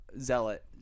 zealot